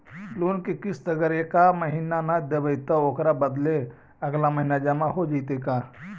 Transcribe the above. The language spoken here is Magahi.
लोन के किस्त अगर एका महिना न देबै त ओकर बदले अगला महिना जमा हो जितै का?